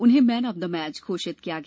उन्हें man of the match घोषित किया गया